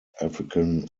african